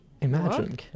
Imagine